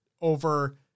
over